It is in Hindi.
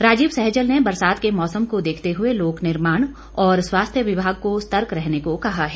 राजीव सैजल ने बरसात के मौसम को देखते हुए लोकनिर्माण और स्वास्थ्य विभाग को सतर्क रहने को कहा है